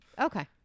Okay